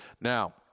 Now